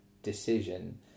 decision